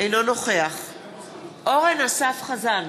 אינו נוכח אורן אסף חזן,